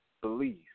belief